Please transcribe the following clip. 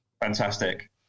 Fantastic